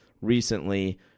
recently